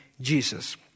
Jesus